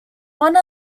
one